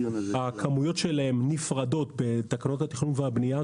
הכמויות שלהם נפרדות בתקנות התכנון והבנייה,